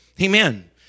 Amen